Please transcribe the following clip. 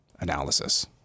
analysis